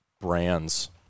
brands